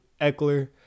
Eckler